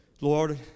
Lord